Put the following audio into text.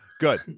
Good